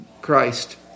Christ